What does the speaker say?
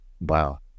Wow